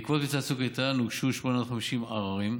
בעקבות מבצע צוק איתן הוגשו 850 עררים.